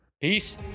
Peace